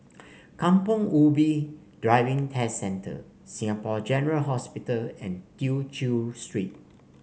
Kampong Ubi Driving Test Centre Singapore General Hospital and Tew Chew Street